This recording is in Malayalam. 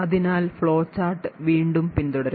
അതിനാൽ ഫ്ലോ ചാർട്ട് വീണ്ടും പിന്തുടരും